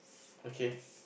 okay